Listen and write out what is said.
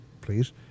Please